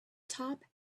top